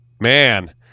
man